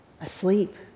asleep